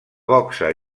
boxa